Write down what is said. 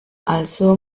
also